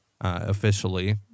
officially